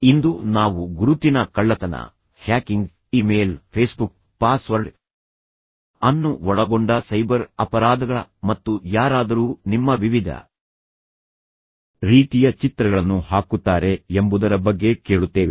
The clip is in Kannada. ಇಂದು ನಾವು ಗುರುತಿನ ಕಳ್ಳತನ ಹ್ಯಾಕಿಂಗ್ ಇಮೇಲ್ ಫೇಸ್ಬುಕ್ ಪಾಸ್ವರ್ಡ್ ಅನ್ನು ಒಳಗೊಂಡ ಸೈಬರ್ ಅಪರಾಧಗಳ ಮತ್ತು ಯಾರಾದರೂ ನಿಮ್ಮ ವಿವಿಧ ರೀತಿಯ ಚಿತ್ರಗಳನ್ನು ಹಾಕುತ್ತಾರೆ ಎಂಬುದರ ಬಗ್ಗೆ ಕೇಳುತ್ತೇವೆ